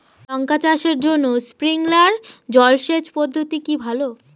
লঙ্কা চাষের জন্য স্প্রিংলার জল সেচ পদ্ধতি কি ভালো?